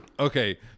Okay